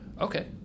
Okay